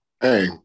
Hey